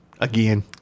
again